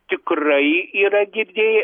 tikrai yra girdėję